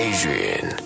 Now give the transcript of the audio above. Adrian